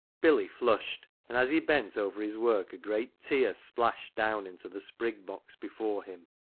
billy flushed, and as he bent over his work a great tear splashed down into the sprig box before him.